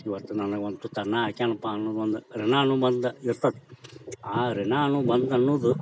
ಈವತ್ತು ನನಗೊಂದು ತುತ್ತು ಅನ್ನ ಹಾಕ್ಯಾನಪ್ಪ ಅನ್ನೋದು ಒಂದು ಋಣಾನುಬಂಧ ಇರ್ತೈತಿ ಆ ಋಣಾನುಬಂಧ ಅನ್ನೋದು